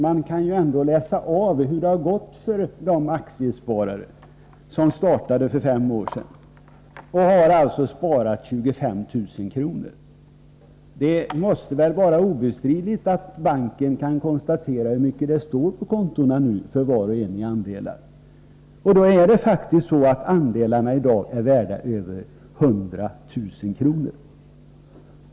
Man kan ju ändå läsa av hur det gått för de aktiesparare som startade för fem år sedan och alltså har sparat 25 000 kr. Det är obestridligt att banken kan konstatera hur mycket som står på kontona i andelar för var och en, och då är det faktiskt så att andelarna i dag är värda över 100 000 kr.